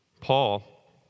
Paul